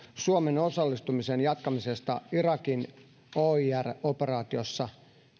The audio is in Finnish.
suomen osallistumisen jatkamisesta irakin oir operaatiossa